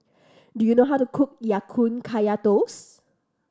do you know how to cook Ya Kun Kaya Toast